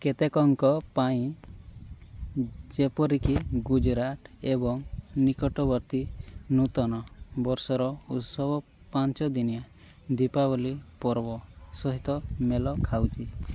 କେତେକଙ୍କ ପାଇଁ ଯେପରି କି ଗୁଜୁରାଟ ଏବଂ ନିକଟବର୍ତ୍ତୀ ନୂତନ ବର୍ଷର ଉତ୍ସବ ପାଞ୍ଚଦିନିଆ ଦୀପାବଳି ପର୍ବ ସହିତ ମେଳ ଖାଉଛି